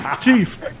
Chief